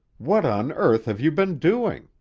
what on earth have you been doing?